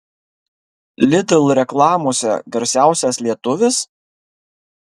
lidl reklamose garsiausias lietuvis